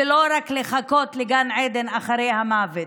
ולא רק לחכות לגן עדן אחרי המוות.